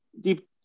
deep